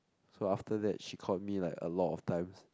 so after that she called me like a lot of times